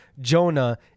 Jonah